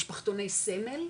משפחתוני סמל,